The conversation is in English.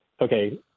okay